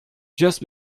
just